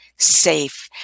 safe